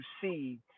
see